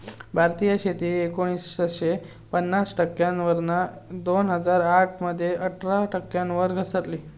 भारतीय शेती एकोणीसशे पन्नास टक्क्यांवरना दोन हजार आठ मध्ये अठरा टक्क्यांवर घसरली